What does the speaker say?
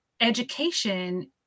education